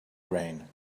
rain